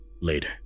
later